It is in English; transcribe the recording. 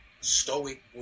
stoic